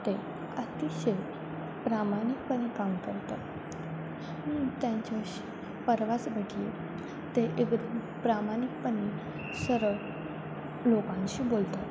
ते अतिशय प्रामाणिकपणे काम करतात मी त्यांच्याशी परवाच भेटले ते एवढं प्रामाणिकपणे सरळ लोकांशी बोलतात